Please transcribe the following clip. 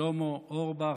שלמה אורבך,